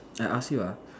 I ask you ah